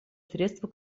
средства